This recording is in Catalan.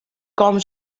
com